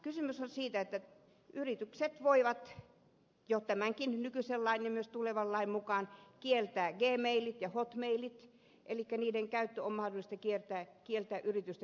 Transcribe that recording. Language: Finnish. kysymys on siitä että yritykset voivat jo nykyisenkin lain ja myös tulevan lain mukaan kieltää gmailit ja hotmailit elikkä niiden käyttö yritysten koneilla on mahdollista kieltää